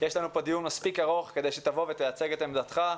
יש לנו פה דיון מספיק ארוך כדי שתבוא ותייצג את עמדתך.